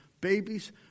babies